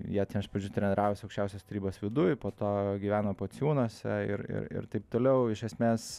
jie ten iš pradžių treniravos aukščiausios tarybos viduj po to gyveno pociūnuose ir ir ir taip toliau iš esmės